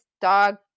dog